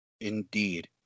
indeed